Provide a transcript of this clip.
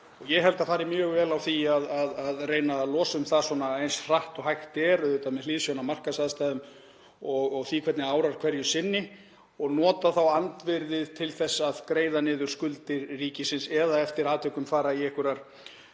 ég held að það færi mjög vel á því að reyna að losa um það eins hratt og hægt er, auðvitað með hliðsjón af markaðsaðstæðum og því hvernig árar hverju sinni, og nota andvirðið til að greiða niður skuldir ríkisins eða fara eftir atvikum í einhverjar